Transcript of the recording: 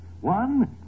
One